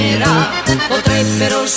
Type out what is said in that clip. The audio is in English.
Potrebbero